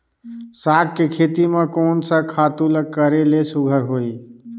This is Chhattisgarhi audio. साग के खेती म कोन स खातु ल करेले सुघ्घर होही?